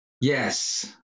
Yes